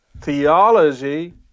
theology